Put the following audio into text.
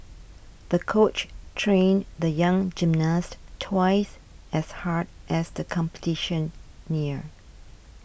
the coach trained the young gymnast twice as hard as the competition neared